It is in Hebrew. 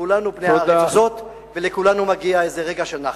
כולנו בני הארץ הזאת ולכולנו מגיע איזה רגע של נחת.